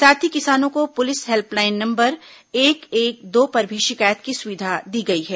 साथ ही किसानों को पुलिस हेल्पलाइन नंबर एक एक दो पर भी शिकायत की सुविधा दी गई है